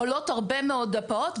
עולים הרבה מאוד דפ"עות.